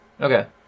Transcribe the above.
Okay